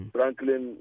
Franklin